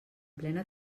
plena